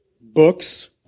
books